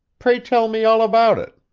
pray tell me all about it